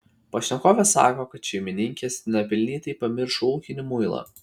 pašnekovė sako kad šeimininkės nepelnytai pamiršo ūkinį muilą